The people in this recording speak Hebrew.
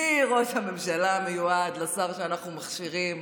מראש הממשלה המיועד לשר שאנחנו מכשירים,